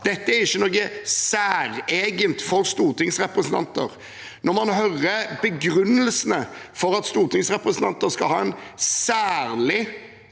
Det er ikke noe særegent for stortingsrepresentanter. Når en hører begrunnelsene for at stortingsrepresentanter skal ha en særlig